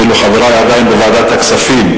חברי אפילו עדיין בוועדת הכספים,